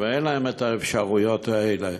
ואין להם האפשרויות האלה?